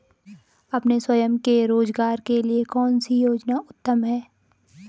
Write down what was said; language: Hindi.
अपने स्वयं के रोज़गार के लिए कौनसी योजना उत्तम है?